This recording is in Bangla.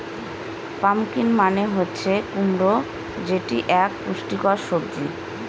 পাম্পকিন মানে হচ্ছে কুমড়ো যেটি এক পুষ্টিকর সবজি